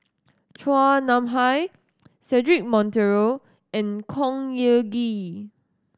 Chua Nam Hai Cedric Monteiro and Khor Ean Ghee